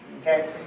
Okay